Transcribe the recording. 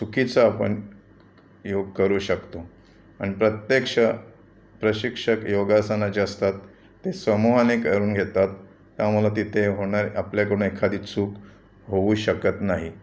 चुकीचा आपण योग करू शकतो आणि प्रत्यक्ष प्रशिक्षक योगासनाचे असतात ते समूहाने करून घेतात त्या मला तिथे होणारी आपल्याकडून एखादी चूक होऊ शकत नाही